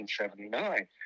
1979